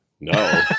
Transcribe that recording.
No